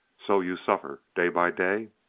so you suffer, day by day?